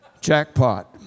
jackpot